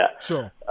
Sure